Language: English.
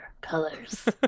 colors